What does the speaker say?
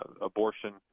abortion